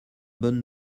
bonne